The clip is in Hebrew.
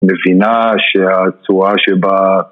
מבינה שהצורה שבה